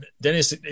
Dennis